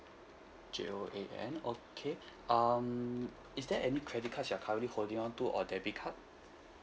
J O A N okay um is there any credit cards you're currently holding on to or debit card